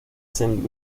saint